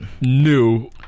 new